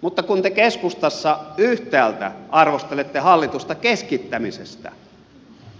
mutta kun te keskustassa yhtäältä arvostelette hallitusta keskittämisestä